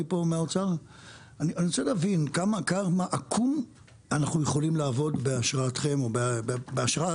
אני רוצה להבין כמה עקום אנחנו יכולים לעבוד בהשראתכם או בהשראת